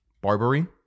Barbary